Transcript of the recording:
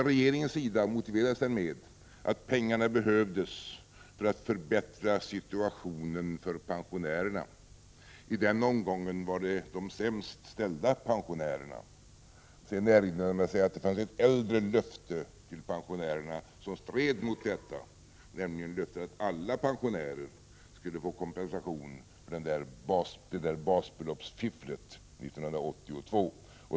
Regeringen motiverade skatten med att pengarna behövdes för att förbättra situationen för pensionärerna. I den omgången gällde det de sämst ställda pensionärerna. Sedan erinrade man sig att det fanns ett äldre löfte till pensionärerna som stred mot detta, nämligen löftet att alla pensionärer skulle få kompensation för basbeloppsfifflet 1982.